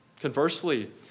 Conversely